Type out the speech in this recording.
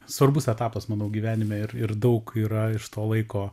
svarbus etapas manau gyvenime ir daug yra iš to laiko